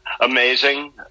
amazing